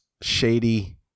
shady